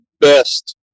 best